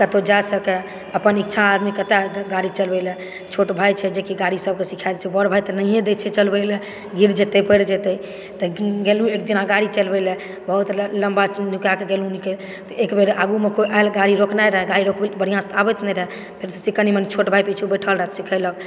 कतौ जा सकय अपन इच्छा आदमी कतय गाड़ी चलबय लए छोट भाय छै जेकि गाड़ी सबके सीखा दै छै बड़ भाय तऽ नहिए दै छै चलबय लए गिर जेतै परि जेतै तऽ गेलहुॅं एक दिना गाड़ी चलबय लए बहुत लम्बा नुका कऽ गेलहुॅं निकैल एक बेर आगूँ मे कोई आयल गाड़ी रोकने रहय गाड़ी रोकबै के बढ़िऑंसॅं तऽ आबैत नहि रहय फेर से कनि मनी छोट भाय बैठल रहय सीखैलक